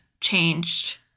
changed